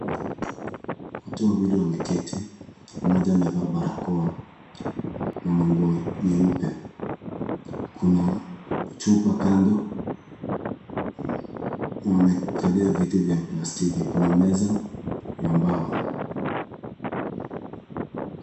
Watu wawili wameketi, mmoja amevaa barakoa na manguo nyeupe. Kuna chupa kando na wamekalia viti vya plastiki kuna meza ya mbao.